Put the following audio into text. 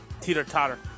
teeter-totter